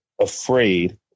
afraid